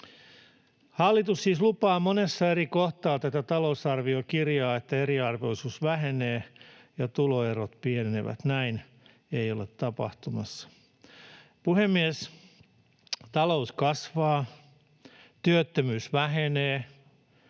Hallitus siis lupaa monessa eri kohtaa tätä talousarviokirjaa, että eriarvoisuus vähenee ja tuloerot pienenevät. Näin ei ole tapahtumassa. Puhemies! Talous kasvaa, työttömyys vähenee.